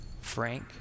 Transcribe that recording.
Frank